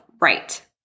right